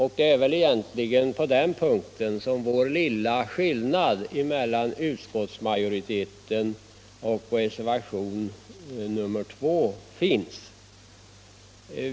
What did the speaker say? Det är väl egentligen på den punkten som den lilla skillnaden finns mellan utskottsmajoritetens skrivning och reservationen 2.